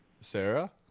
Sarah